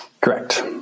Correct